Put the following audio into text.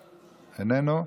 איננו,